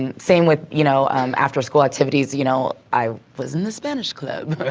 and same with you know um after-school activities, you know i was in the spanish club.